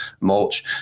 mulch